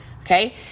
okay